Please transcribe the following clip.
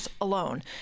alone